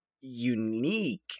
unique